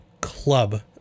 Club